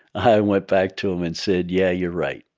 i went back to them and said, yeah, you're right.